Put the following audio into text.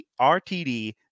RTD